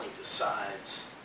decides